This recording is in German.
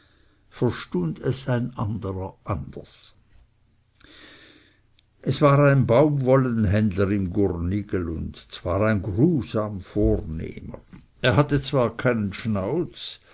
verstund es ein anderer anders es war ein baumwollenhändler im gurnigel und zwar ein grusam vornehmer er hatte zwar keinen schnauz